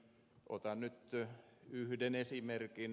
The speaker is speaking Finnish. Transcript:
otan nyt yhden esimerkin